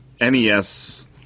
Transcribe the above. nes